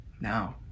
Now